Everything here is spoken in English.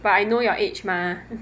but I know your age mah